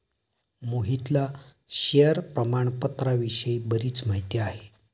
मोहितला शेअर प्रामाणपत्राविषयी बरीच माहिती आहे